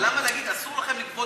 אבל למה להגיד: אסור לכם לגבות,